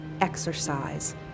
exercise